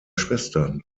schwestern